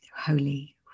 holy